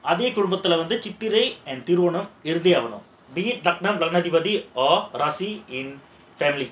அதே குடும்பத்துல வந்து சித்திரை திருவோணம் இருந்தே ஆகணும்:adhe kudumbathula vandhu chithirai thiruvonam irunthae aganum